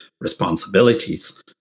responsibilities